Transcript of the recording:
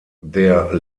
der